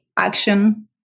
Action